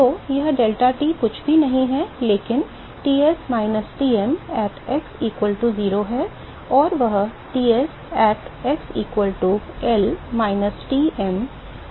तो यह डेल्टाT कुछ भी नहीं है लेकिन T s minus T m at x equal to 0 है और वह T s at x equal to L minus T m at x equal to L है